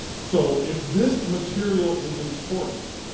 so if this material is important,